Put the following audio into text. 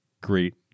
Great